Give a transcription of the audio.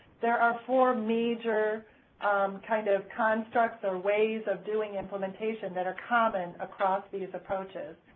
there are four major kind of constructs or ways of doing implementation that are common across these approaches,